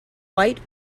white